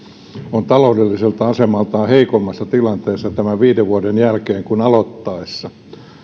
on taloudelliselta asemaltaan heikommassa tilanteessa tämän viiden vuoden jälkeen kuin aloittaessa